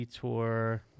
tour